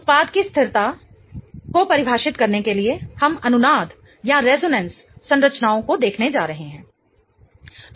उत्पाद की स्थिरता को परिभाषित करने के लिए हम अनुनाद संरचनाओं को देखने जा रहे हैं